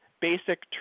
basic